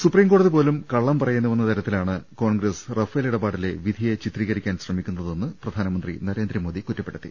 സുപ്രീംകോടതി പോലും കള്ളം പറയുന്നുവെന്ന തരത്തിലാണ് കോൺഗ്രസ് റഫേൽ ഇടപാടിലെ വിധിയെ ചിത്രീകരിക്കാൻ ശ്രമിക്കുന്ന തെന്ന് പ്രധാനമന്ത്രി നരേന്ദ്രമോദി കുറ്റപ്പെടുത്തി